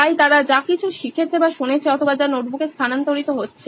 তাই তারা যা কিছু শিখেছে বা শুনেছে অথবা যা নোটবুকে স্থানান্তরিত হচ্ছে